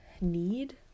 need